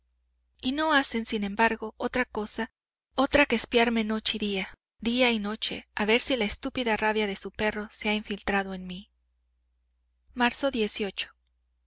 y no hacen sin embargo otra cosa otra que espiarme noche y día día y noche a ver si la estúpida rabia de su perro se ha infiltrado en mí marzo